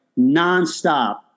nonstop